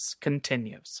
continues